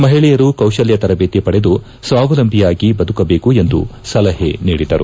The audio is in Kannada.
ಮಹಿಳೆಯರು ಕೌಶಲ್ಯ ತರಬೇತಿ ಪಡೆದು ಸ್ವಾವಲಂಬಿಯಾಗಿ ಬದುಕಬೇಕು ಎಂದು ಸಲಹೆ ನೀಡಿದರು